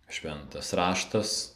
šventas raštas